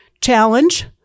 challenge